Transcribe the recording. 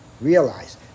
Realize